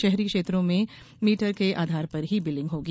शहरी क्षेत्रों में मीटर के आधार पर ही बिलिंग होगी